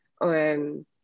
on